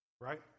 right